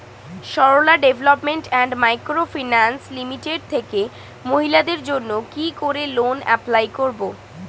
Sarala development and micro finance limited থেকে মহিলাদের জন্য কি করে লোন এপ্লাই করব?